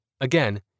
Again